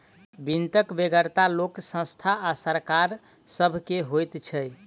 वित्तक बेगरता लोक, संस्था आ सरकार सभ के होइत छै